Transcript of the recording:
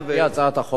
על-פי הצעת החוק הזו,